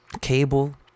cable